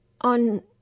on